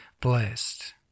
blessed